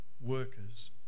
workers